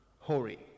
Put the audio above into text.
Hori